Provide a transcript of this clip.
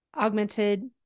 augmented